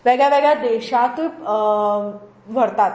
वेगळ्या वेगळ्या देशांतूय व्हरतात